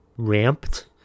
Ramped